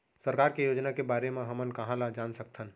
सरकार के योजना के बारे म हमन कहाँ ल जान सकथन?